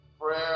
Prayer